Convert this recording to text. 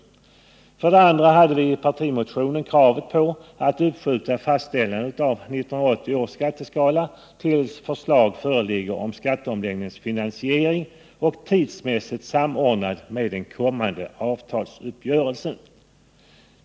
Vi har för det andra ett krav på att man uppskjuter fastställande av 1980 års skatteskala tills förslag föreligger om skatteomläggningens finansiering och att det tidsmässigt samordnas med den kommande avtalsuppgörelsen.